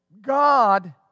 God